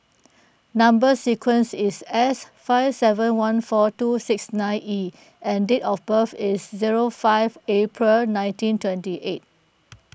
Number Sequence is S five seven one four two six nine E and date of birth is zero five April nineteen twenty eight